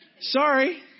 Sorry